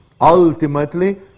Ultimately